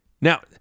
Now